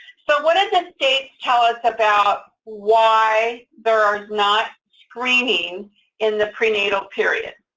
so what does a state tell us about why they're um not screening in the prenatal period?